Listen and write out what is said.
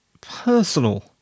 personal